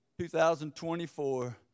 2024